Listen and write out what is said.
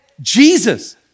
Jesus